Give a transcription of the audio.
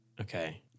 Okay